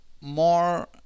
more